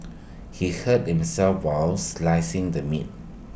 he hurt himself while slicing the meat